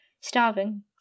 starving